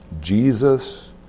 Jesus